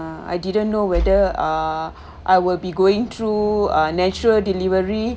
uh I didn't know whether ah I will be going through uh natural delivery